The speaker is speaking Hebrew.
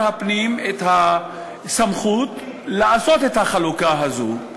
הפנים את הסמכות לעשות את החלוקה הזו.